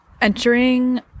Entering